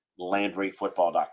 LandryFootball.com